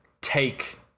take